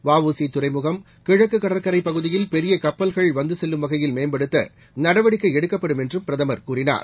வ உ சி துறைமுகம் கிழக்கு கடற்கரை பகுதியில் பெரிய கப்பல்கள் வந்தசெல்லும் வகையில் மேம்படுத்த நடவடிக்கை எடுக்கப்படும் என்றும் பிரதமர் அவர் கூறினார்